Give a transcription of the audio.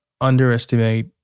underestimate